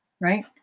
right